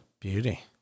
Beauty